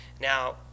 Now